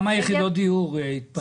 כמה יחידות דיור יקומו?